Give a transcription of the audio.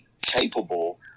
capable